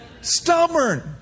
Stubborn